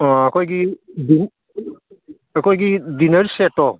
ꯑꯥ ꯑꯩꯈꯣꯏꯒꯤ ꯑꯩꯈꯣꯏꯒꯤ ꯗꯤꯟꯅꯔ ꯁꯦꯠꯇꯣ